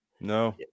no